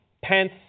Pence